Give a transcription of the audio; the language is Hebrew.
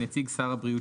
נציג שר הבריאות,